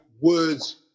words